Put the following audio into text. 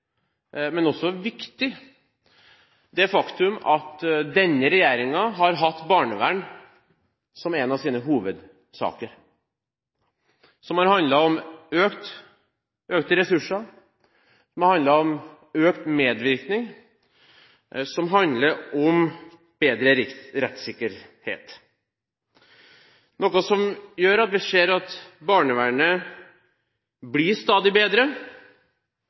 det faktum at denne regjeringen har hatt barnevern som en av sine hovedsaker. Det har handlet om økte ressurser, økt medvirkning og bedre rettssikkerhet. Det gjør at barnevernet blir stadig bedre, at flere barn får hjelp, og at flere familier styrkes. Men vi ser